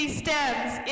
stems